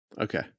Okay